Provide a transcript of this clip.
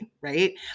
right